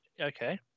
Okay